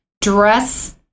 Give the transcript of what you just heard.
dress